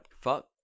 Fuck